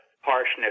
harshness